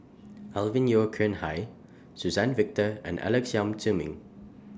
Alvin Yeo Khirn Hai Suzann Victor and Alex Yam Ziming